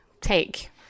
take